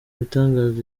ibitangaza